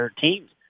teams